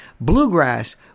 Bluegrass